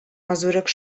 mazurek